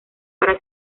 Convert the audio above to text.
para